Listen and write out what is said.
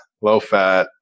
low-fat